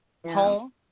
Home